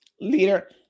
leader